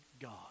God